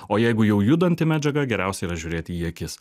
o jeigu jau judanti medžiaga geriausia yra žiūrėti į akis